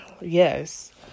Yes